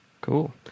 Cool